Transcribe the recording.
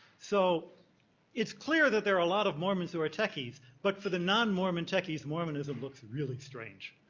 so it's clear that there are a lot of mormons who are techies. but for the non-mormon techies, mormonism looks really strange,